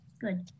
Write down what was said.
Good